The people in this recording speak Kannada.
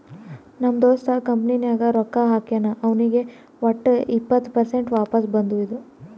ನಮ್ ದೋಸ್ತ ಕಂಪನಿ ನಾಗ್ ರೊಕ್ಕಾ ಹಾಕ್ಯಾನ್ ಅವ್ನಿಗ್ ವಟ್ ಇಪ್ಪತ್ ಪರ್ಸೆಂಟ್ ವಾಪಸ್ ಬದುವಿಂದು